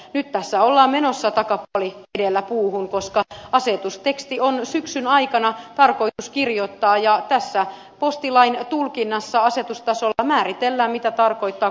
nyt tässä ollaan menossa takapuoli edellä puuhun koska asetusteksti on syksyn aikana tarkoitus kirjoittaa ja tässä postilain tulkinnassa asetustasolla määritellään mitä tarkoittaa kohtuullisuus